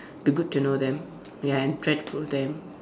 to good to know them ya and try to them